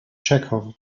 chekhov